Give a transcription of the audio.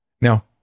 now